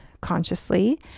consciously